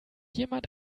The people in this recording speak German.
jemand